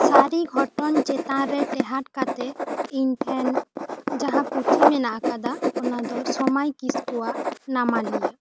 ᱥᱟᱨᱤ ᱜᱷᱚᱴᱚᱱ ᱪᱮᱛᱟᱱ ᱨᱮ ᱴᱮᱦᱟᱴ ᱠᱟᱛᱮᱫ ᱤᱧ ᱴᱷᱮᱱ ᱡᱟᱦᱟᱸ ᱯᱩᱛᱷᱤ ᱢᱮᱱᱟᱜ ᱟᱠᱟᱫᱟ ᱚᱱᱟ ᱫᱚ ᱥᱚᱢᱟᱡ ᱠᱤᱥᱠᱩᱣᱟᱜ ᱱᱟᱢᱟᱞᱤᱭᱟ